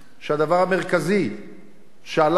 שהדבר המרכזי שעליו